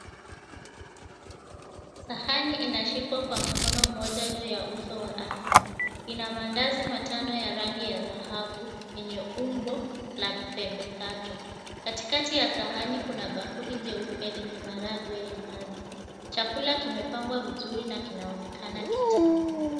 Sahani inashikwa kwa mkono mmoja juu ya uso wa ardhi. Ina maandazi matano ya rangi ya dhahabu, yenye umbo la pembe tatu katikati ya sahani kuna bakuli jeupe lenye maharagwe ya nazi. Chakula kimepangwa vizuri na kinaonekana kitamu.